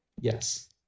yes